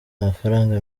amafaranga